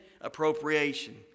appropriation